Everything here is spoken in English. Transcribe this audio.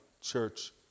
Church